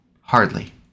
Hardly